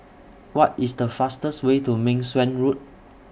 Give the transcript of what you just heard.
What IS The fastest Way to Meng Suan Road